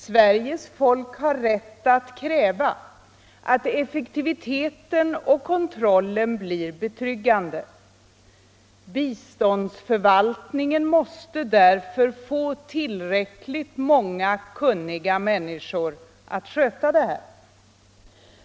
Sveriges folk har rätt att kräva att effektiviteten och kontrollen blir betryggande. Biståndsförvaltningen måste därför få tillräckligt många kunniga människor som sköter detta.